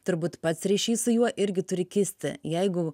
turbūt pats ryšys su juo irgi turi kisti jeigu